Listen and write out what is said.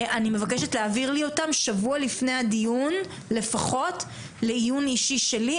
אני מבקשת להעביר לי אותם שבוע לפני הדיון לעיון אישי שלי.